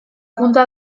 punta